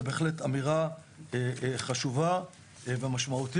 זו בהחלט אמירה חשובה ומשמעותית.